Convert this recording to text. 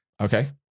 okay